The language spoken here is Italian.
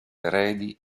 eredi